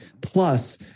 plus